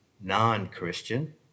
non-Christian